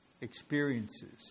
experiences